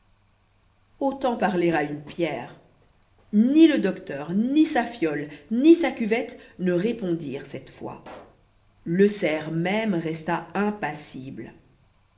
autant parler à une pierre ni le docteur ni sa fiole ni sa cuvette ne répondirent cette fois le cerf même resta impassible